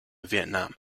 vietnam